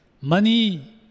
Money